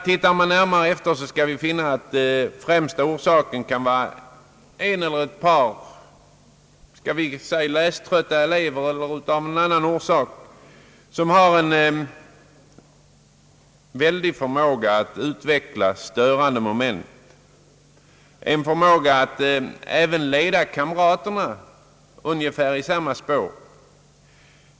Tittar man närmare efter, skall man finna att främsta orsaken kan vara en eller ett par elever, som av läströtthet eller annan orsak föredrar att ägna sig åt att framkalla störningar och som har förmåga att leda kamraterna i samma spår.